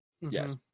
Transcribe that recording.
yes